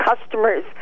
customers